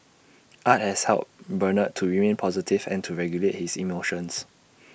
art has helped Bernard to remain positive and to regulate his emotions